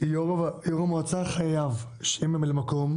יו"ר המועצה חייב שיהיה ממלא מקום.